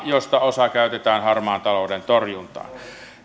josta osa käytetään harmaan talouden torjuntaan